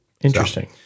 Interesting